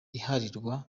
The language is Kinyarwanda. itora